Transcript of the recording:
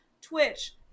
Twitch